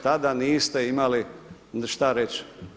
Tada niste imali šta reći.